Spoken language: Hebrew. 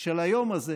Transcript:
של היום הזה,